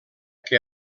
que